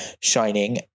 shining